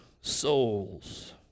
souls